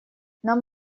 нам